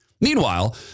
Meanwhile